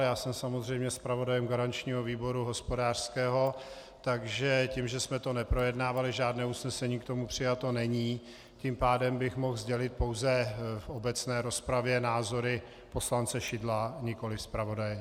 Já jsem samozřejmě zpravodajem garančního výboru hospodářského, takže tím, že jsme to neprojednávali, žádné usnesení k tomu přijato není, tím pádem bych mohl sdělit pouze v obecné rozpravě názory poslance Šidla, nikoliv zpravodaje.